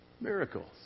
miracles